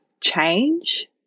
change